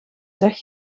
zeg